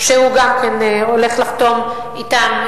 שהוא גם כן הולך לחתום אתם,